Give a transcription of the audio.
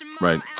Right